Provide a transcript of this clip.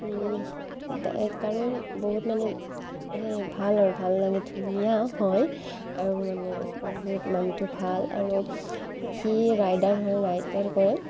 কাৰণ বহুত মানে সেই ভাল আৰু ভাল লাগে ধুনীয়াও হয় আৰু মানে বহুত মানুহটো ভাল আৰু সি ৰাইডাৰ হয় ৰাইডাৰ কৰে